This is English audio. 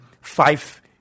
five